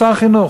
הוא שר החינוך.